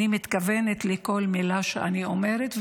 אני מתכוונת לכל מילה שאני אומרת.